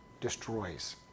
destroys